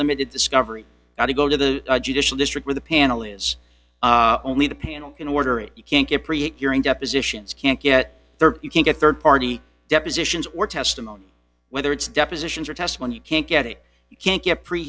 limited discovery not to go to the judicial district where the panel is only the panel can order it you can't get create during depositions can't get there you can't get rd party depositions or testimony whether it's depositions or tests when you can't get it you can't get pre